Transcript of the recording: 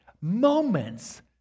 moments